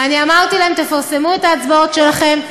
אני אמרתי להם: תפרסמו את ההצבעות שלכם.